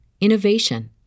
innovation